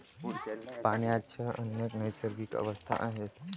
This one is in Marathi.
पाण्याच्या अनेक नैसर्गिक अवस्था आहेत